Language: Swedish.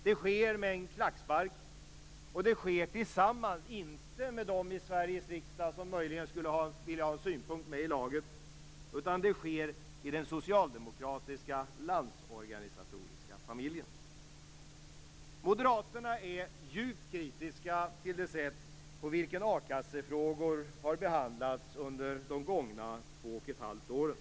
Det sker med en klackspark och det sker inte tillsammans med dem i Sveriges riksdag som möjligen skulle vilja ha en synpunkt med i laget, utan det sker i den socialdemokratiska landsorganisatoriska familjen. Moderaterna är djupt kritiska till det sätt på vilket a-kassefrågor behandlats under de gångna två och ett halvt åren.